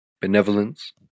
benevolence